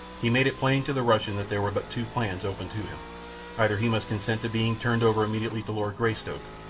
he made it plain to the russian that there were but two plans open to him either he must consent to being turned over immediately to lord greystoke,